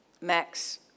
Max